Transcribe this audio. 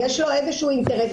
ויש לו איזה אינטרס,